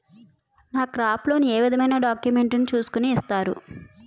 నాకు crop loan ఏ విధమైన డాక్యుమెంట్స్ ను చూస్కుని ఇస్తారు?